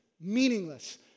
meaningless